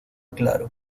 claro